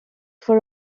for